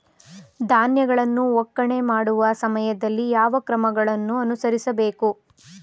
ಧಾನ್ಯಗಳನ್ನು ಒಕ್ಕಣೆ ಮಾಡುವ ಸಮಯದಲ್ಲಿ ಯಾವ ಕ್ರಮಗಳನ್ನು ಅನುಸರಿಸಬೇಕು?